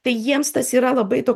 tai jiems tas yra labai toks